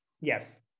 Yes